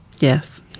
Yes